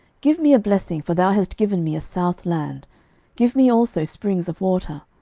give me a blessing for thou hast given me a south land give me also springs of water.